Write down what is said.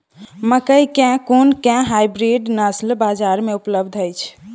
मकई केँ कुन केँ हाइब्रिड नस्ल बजार मे उपलब्ध अछि?